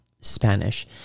Spanish